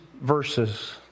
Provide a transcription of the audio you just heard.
verses